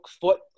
foot